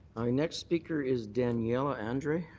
our next speaker is daniella andre.